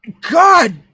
God